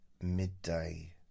midday